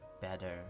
better